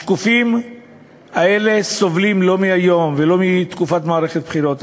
השקופים האלה סובלים לא מהיום ולא מתקופת מערכת הבחירות,